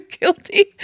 guilty